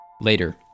Later